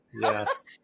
yes